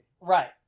right